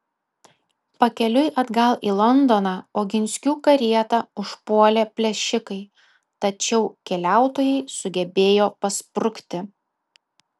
pakeliui atgal į londoną oginskių karietą užpuolė plėšikai tačiau keliautojai sugebėjo pasprukti